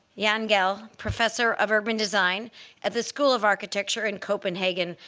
jan gehl, professor of urban design at the school of architecture in copenhagen,